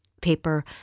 paper